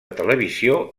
televisió